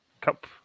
Cup